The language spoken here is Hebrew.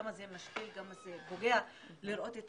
כמה זה משפיל וכמה זה פוגע לראות את